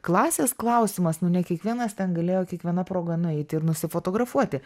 klasės klausimas nu ne kiekvienas ten galėjo kiekviena proga nueiti ir nusifotografuoti